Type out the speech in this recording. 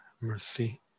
mercy